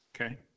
Okay